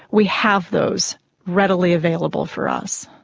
we have those readily available for us.